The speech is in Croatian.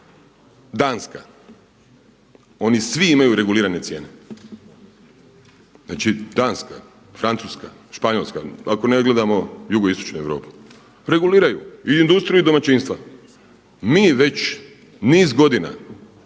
Danska. Oni svi imaju regulirane cijene. Znači Danska, Francuska, Španjolska ako ne gledamo jugoistočnu Europu. Reguliraju i industrije i domaćinstva. Mi već niz godina,